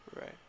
Right